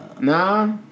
Nah